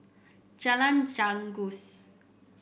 Jalan Janggus